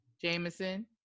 Jameson